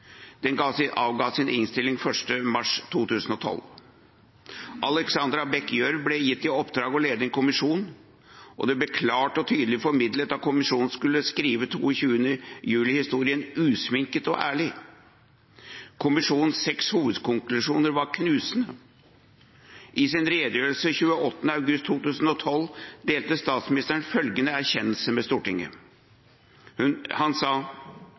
Den avga sin innstilling 1. mars 2012. Alexandra Bech Gjørv ble gitt i oppdrag å lede en kommisjon, og det ble klart og tydelig formidlet at kommisjonen skulle skrive 22. juli-historien usminket og ærlig. Kommisjonens seks hovedkonklusjoner var knusende. I sin redegjørelse den 28. august 2012 delte statsministeren følgende erkjennelse med Stortinget: